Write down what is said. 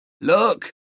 Look